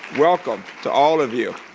welcome to all of you.